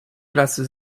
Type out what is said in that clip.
pracy